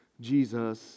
Jesus